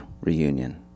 reunion